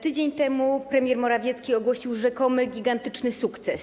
Tydzień temu premier Morawiecki ogłosił rzekomy gigantyczny sukces.